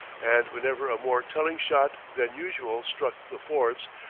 and whenever a more telling shot than usual struck the forts,